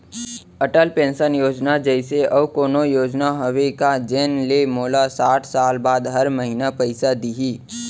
Atal pension योजना जइसे अऊ कोनो योजना हावे का जेन ले मोला साठ साल बाद हर महीना पइसा दिही?